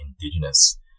Indigenous